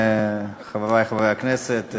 חברי חברי הכנסת,